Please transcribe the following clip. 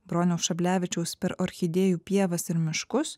broniaus šablevičiaus per orchidėjų pievas ir miškus